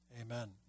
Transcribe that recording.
amen